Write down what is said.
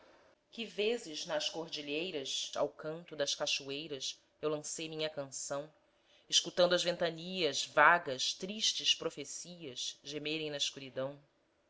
que vezes nas cordilheiras ao canto das cachoeiras eu lancei minha canção escutando as ventanias vagas tristes profecias gemerem na escuridão